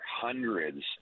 hundreds